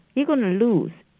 you're going to lose,